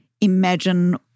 imagine